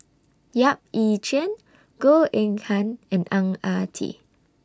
Yap Ee Chian Goh Eng Han and Ang Ah Tee